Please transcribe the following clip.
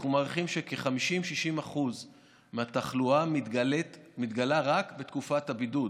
אנחנו מעריכים שכ-50% 60% מהתחלואה מתגלה רק בתקופת הבידוד,